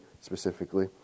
specifically